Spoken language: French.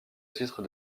titre